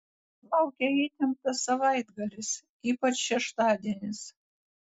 laukia įtemptas savaitgalis ypač šeštadienis